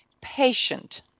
Patient